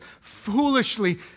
foolishly